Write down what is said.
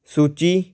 ਸੂਚੀ